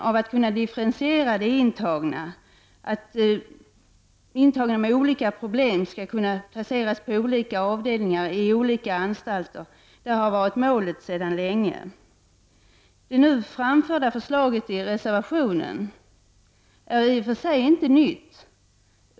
Att kunna differentiera de intagna, att intagna med olika problem skall kunna placeras på olika avdelningar i olika anstalter, har sedan länge varit ett mål. Det i reservationen framförda föreslaget är i och för sig inte nytt.